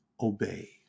obey